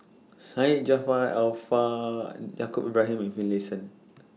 Syed Jaafar Alfar Yaacob Ibrahim and Finlayson